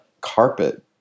carpet